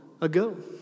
ago